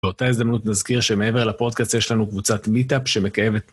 באותה הזדמנות נזכיר שמעבר לפודקאסט יש לנו קבוצת מיטאפ שמקיימת